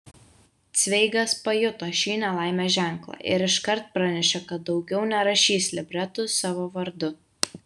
cveigas pajuto šį nelaimės ženklą ir iškart pranešė kad daugiau nerašys libretų savo vardu